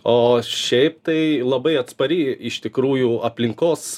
o šiaip tai labai atspari iš tikrųjų aplinkos